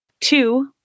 Two